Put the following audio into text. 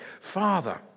Father